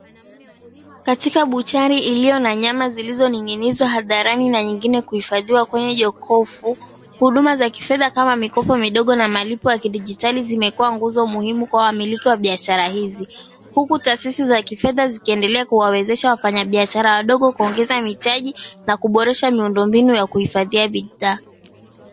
Katika buchari iliyo 𝑛𝑎 nyama zilizoning'inizwa hadharani na nyingine kuhifadhiwa kwenye jokofu, huduma za kifedha kama mikopo midogo na malipo ya kidijitali zimekuwa nguzo muhimu kwa wamiliki wa biashara hizi. Huku taasisi za kifedha zikiendelea kuwawezesha wafanyabiashara wadogo kuongeza mitaji, na kuboresha miundombinu ya kuhifadhia bidhaa.